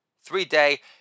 three-day